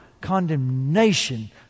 condemnation